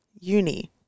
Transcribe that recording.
uni